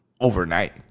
overnight